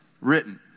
written